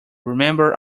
remember